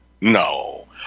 No